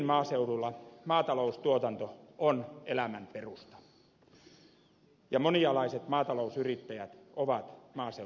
ydinmaaseudulla maataloustuotanto on elämän perusta ja monialaiset maatalousyrittäjät ovat maaseudun selkäranka